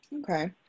Okay